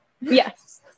Yes